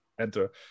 enter